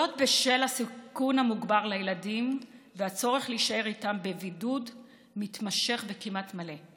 בשל הסיכון המוגבר לילדים והצורך להישאר איתם בבידוד מתמשך וכמעט מלא.